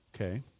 okay